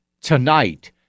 tonight